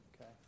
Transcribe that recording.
Okay